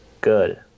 Good